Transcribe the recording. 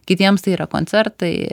kitiems tai yra koncertai